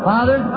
Father